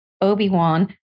Obi-Wan